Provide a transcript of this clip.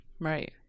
Right